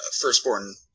firstborn